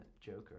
Joker